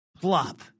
plop